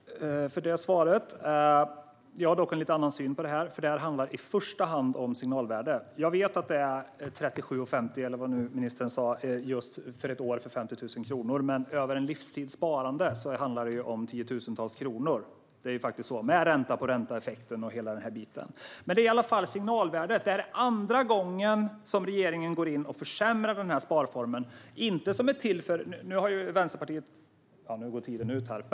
Herr talman! Tack för svaret! Jag har en lite annan syn på detta. Det handlar i första hand om signalvärde. Jag vet att det är 37,50, eller vad ministern nu sa, för 50 000 under ett år, men över en livstids sparande handlar det om tiotusentals kronor, med ränta-på-ränta-effekten och hela den biten. Det gäller signalvärdet. Detta är andra gången som regeringen går in och försämrar för denna sparform.